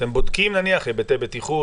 אתם בודקים נניח היבטי בטיחות.